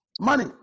money